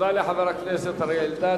תודה לחבר הכנסת אריה אלדד.